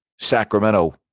Sacramento